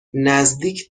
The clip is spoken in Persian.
نزدیک